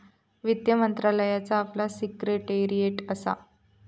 वित्त मंत्रालयाचा आपला सिक्रेटेरीयेट असा